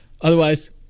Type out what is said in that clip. Otherwise